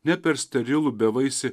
ne per sterilų bevaisį